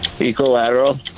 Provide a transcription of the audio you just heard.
Equilateral